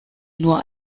nur